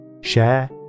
share